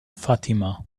fatima